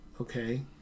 Okay